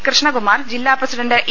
കൃഷ്ണകുമാർ ജില്ലാ president E